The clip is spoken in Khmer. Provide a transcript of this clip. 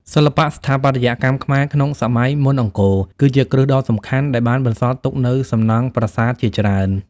សិល្បៈស្ថាបត្យកម្មខ្មែរក្នុងសម័យមុនអង្គរ គឺជាគ្រឹះដ៏សំខាន់ដែលបានបន្សល់ទុកនូវសំណង់ប្រាសាទជាច្រើន។